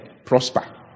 prosper